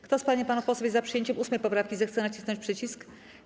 Kto z pań i panów posłów jest za przyjęciem 8. poprawki, zechce nacisnąć przycisk.